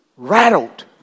rattled